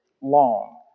long